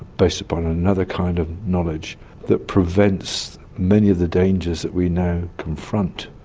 based upon another kind of knowledge that prevents many of the dangers that we now confront,